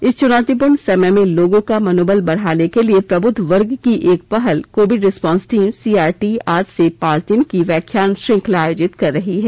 इस चुनौतीपूर्ण समय में लोगों का मनोबल बढ़ाने के लिए प्रबुद्ध वर्ग की एक पहल कोविड रिस्पांस टीम सीआरटी आज से पांच दिन की व्याख्यान श्रृंखला आयोजित कर रही है